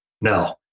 no